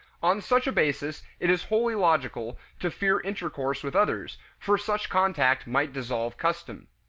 on such a basis it is wholly logical to fear intercourse with others, for such contact might dissolve custom.